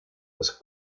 was